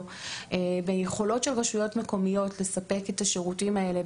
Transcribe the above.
ביכולות של רשויות מקומיות לספק את השירותים האלה,